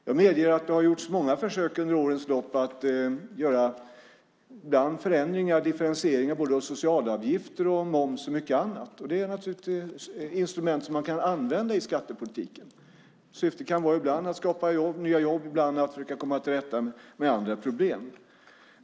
Jag medger att det har gjorts många försök under årens lopp att göra förändringar och differentieringar av både socialavgifter, moms och mycket annat. Det är naturligtvis instrument som man kan använda i skattepolitiken. Syftet kan ibland vara att skapa nya jobb och ibland att försöka komma till rätta med andra problem.